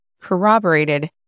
corroborated